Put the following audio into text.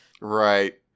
Right